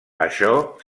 això